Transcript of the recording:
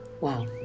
Wow